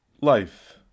Life